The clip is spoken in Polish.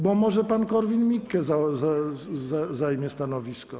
Bo może pan Korwin-Mikke zajmie stanowisko.